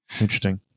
Interesting